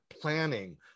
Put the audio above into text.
planning